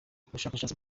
ubushakashatsi